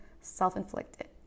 self-inflicted